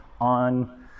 on